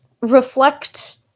reflect